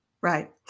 Right